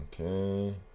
Okay